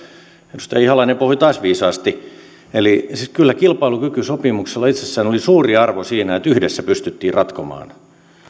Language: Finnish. edustaja ihalainen puhui taas viisaasti eli siis kyllä kilpailukykysopimuksella itsessään oli suuri arvo sillä että yhdessä pystyttiin ratkomaan